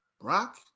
Brock